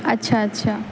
اچھا اچھا